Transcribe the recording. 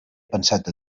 pensat